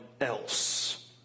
else